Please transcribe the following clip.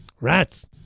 Rats